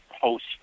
post